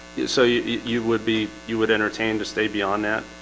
so you you would be you would entertain to stay beyond that.